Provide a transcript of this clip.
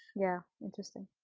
yeah, interesting.